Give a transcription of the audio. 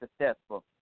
successful